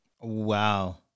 Wow